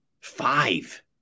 Five